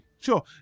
Sure